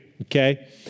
okay